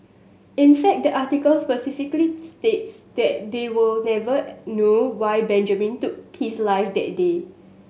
in fact the article specifically states that they will never know why Benjamin took his life that day